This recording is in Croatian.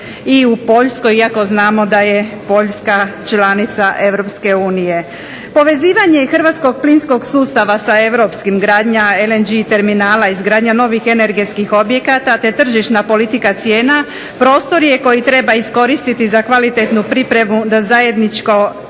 i u Poljskoj, iako znamo da je Poljska članica Europske unije. Povezivanje hrvatskog plinskog sustava sa europskim, gradnja LNG terminala, izgradnja novih energetskih objekata, te tržišna politika cijena prostor je koji treba iskoristiti za kvalitetnu pripremu da zajedničko